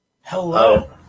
hello